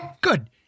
Good